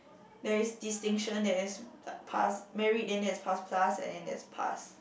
there is distinction there is pass merit then there is pass plus and then there is pass